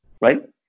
right